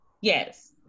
Yes